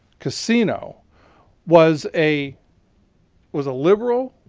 casino was a was a liberal,